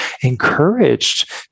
encouraged